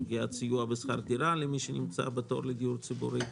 סוגיית סיוע בשכר דירה למי שנמצא בתור לדיור ציבורי,